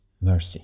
mercy